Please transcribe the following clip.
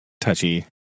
touchy